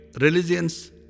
religions